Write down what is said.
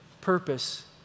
purpose